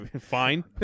Fine